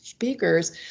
speakers